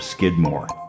Skidmore